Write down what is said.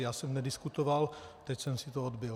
Já jsem nediskutoval, teď jsem si to odbyl.